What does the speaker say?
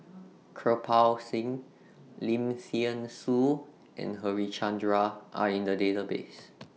Kirpal Singh Lim Thean Soo and Harichandra Are in The Database